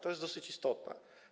To jest dosyć istotne.